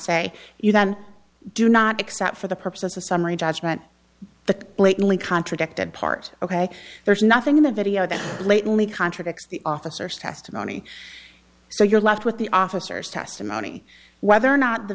say you then do not except for the purposes of summary judgment the blatantly contradicted part ok there's nothing in the video that blatantly contradicts the officers testimony so you're left with the officers testimony whether or not the